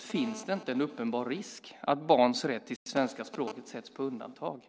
Finns det inte en uppenbar risk att barns rätt till svenska språket sätts på undantag?